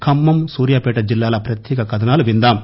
ఖమ్మం సూర్యాపేట జిల్లల ప్రత్యేక కధనాలు విందాం